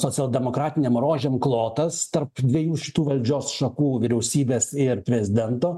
socialdemokratinėm rožėm klotas tarp dviejų šitų valdžios šakų vyriausybės ir prezidento